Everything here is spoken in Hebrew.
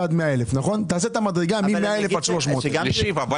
תעשה את המדרגה מ-100,000 שקל ועד 300,000 שקל.